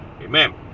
amen